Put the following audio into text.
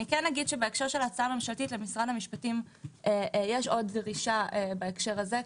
בהקשר של ההצעה הממשלתית למשרד המשפטים יש עוד דרישה בהקשר הזה.